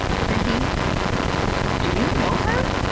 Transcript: said he do you know her?